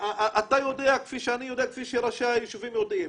אתה יודע כפי שאני יודע כפי שראשי היישובים יודעים,